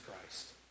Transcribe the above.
Christ